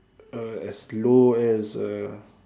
uh as low as a